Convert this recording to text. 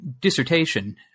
dissertation